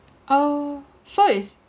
oh so is